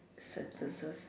sentences